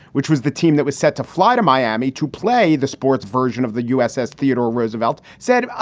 which was the team that was set to fly to miami to play the sports version of the uss theodore roosevelt, said,